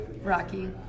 Rocky